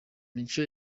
mico